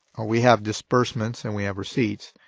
we have disbursements and we have receipts,